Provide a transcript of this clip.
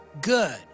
good